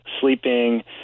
sleeping